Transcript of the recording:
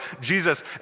Jesus